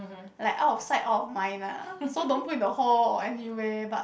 like out of sight out of mind lah so don't put in the hall or anywhere but